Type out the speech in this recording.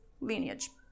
lineage